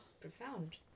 profound